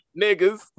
Niggas